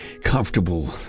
comfortable